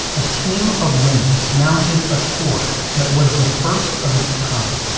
a team of women mounted a tour that was the first of its kind.